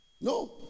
No